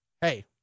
hey